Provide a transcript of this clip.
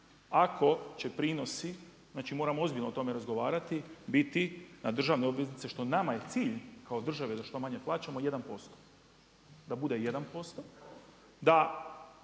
ako će prinosi, znači moramo o tome ozbiljno razgovarati, biti na državne obveznice, što nama je cilj kao države da što manje plaćamo 1%, da bude 1%,